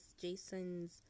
Jason's